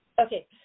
Okay